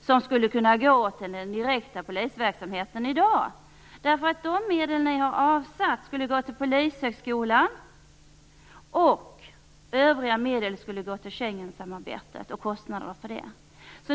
som skulle kunna gå till den direkta polisverksamheten i dag. En del av de medel ni har avsatt skulle gå till Polishögskolan, och övriga medel skulle gå till Schengensamarbetet och kostnaderna för det.